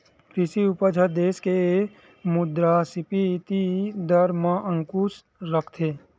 कृषि उपज ह देस के मुद्रास्फीति दर म अंकुस रखथे